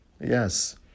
Yes